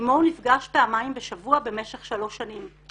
עמו הוא נפגש פעמיים בשבוע במשך שלוש שנים.